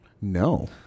no